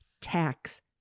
tax